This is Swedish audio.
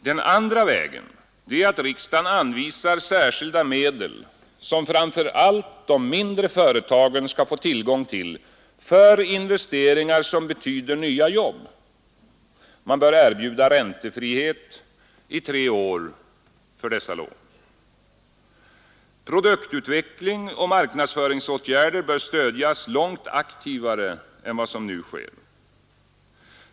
Den andra vägen är att riksdagen anvisar särskilda medel som framför allt de mindre företagen skall få tillgång till för investeringar som betyder nya jobb. Man bör erbjuda räntefrihet i tre år för dessa lån. Produktutveckling och marknadsföringsåtgärder bör stödjas långt aktivare än vad som nu sker.